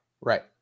Right